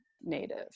native